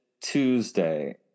Tuesday